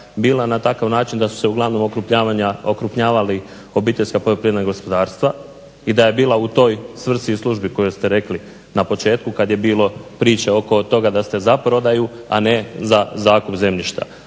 bila na takav način da su uglavnom okrupnjavali obiteljska poljoprivredna gospodarstva i da je bila u toj svrsi i službi kojoj ste rekli na početku kad je bilo priče oko toga da ste za prodaju a ne za zakup zemljišta.